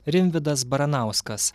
rimvydas baranauskas